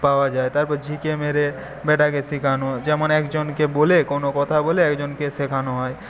পাওয়া যায় তারপর ঝিকে মেরে ব্যাটাকে শেখানো যেমন একজনকে বলে কোন কথা বলে একজনকে শেখানো হয়